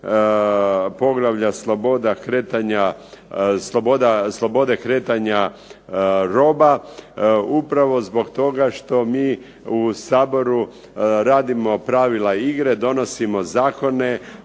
poglavlja Slobode kretnja roba. Upravo zbog toga što mi u Saboru radimo pravila igre, donosimo zakone,